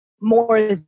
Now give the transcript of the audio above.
more